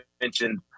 mentioned